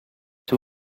two